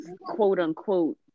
quote-unquote